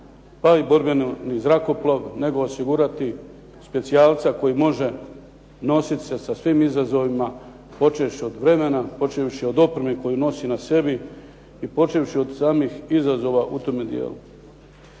pa i borbeni zrakoplov nego osigurati specijalca koji može nosit se sa svim izazovima počevši od vremena, počevši od opreme koju nosi na sebi i počevši od samih izazova u tome dijelu.